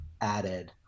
added